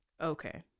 Okay